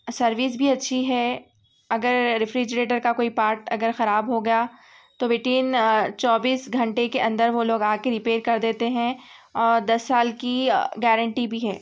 service بھی اچھی ہے اگر ریفریجریٹر کا کوئی پارٹ اگر خراب ہو گیا تو وٹ ان چوبیس گھنٹے کے اندر وہ لوگ آ کے رپیئر کر دیتے ہیں اور دس سال کی گارنٹی بھی ہے